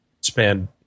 spend